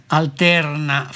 alterna